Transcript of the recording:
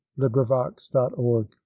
LibriVox.org